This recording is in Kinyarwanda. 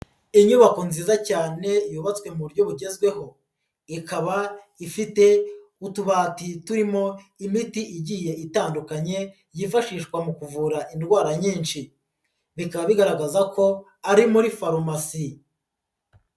Inyubako nziza cyane yubatswe mu buryo bugezweho ikaba ifite utubati turimo imiti igiye itandukanye yifashishwa mu kuvura indwara nyinshi, bikaba bigaragaza ko ari muri farumasi.